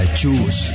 choose